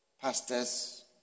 pastors